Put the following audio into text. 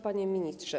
Panie Ministrze!